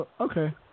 Okay